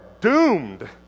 doomed